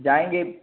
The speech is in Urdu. جائیں گے